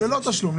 לא תשלום.